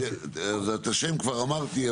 את השם כבר אמרתי,